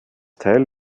teil